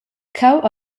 cheu